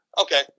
okay